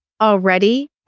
already